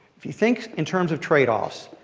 if you think in terms of trade-offs,